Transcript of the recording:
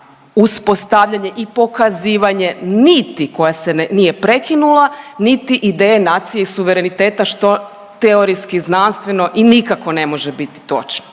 uspostavljanje i pokazivanje niti koja se nije prekinula niti ideje nacije i suvereniteta što teorijski znanstveno i nikako ne može biti točno.